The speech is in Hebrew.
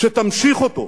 שתמשיך אותו.